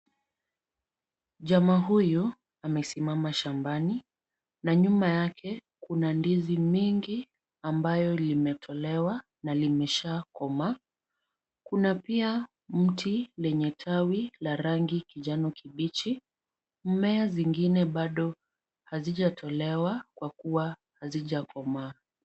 Jamaa huyu amesimama shambani na nyuma yake kuna ndizi mingi ambayo limetolewa na limeshakomaa. Kuna pia mti lenye tawi la rangi kijani kibichi. Mmea zingine bado hazijatolewa kwa kuwa hazijakomaa.